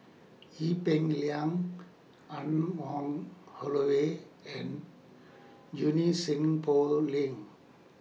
Ee Peng Liang Anne Wong Holloway and Junie Sng Poh Leng